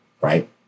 Right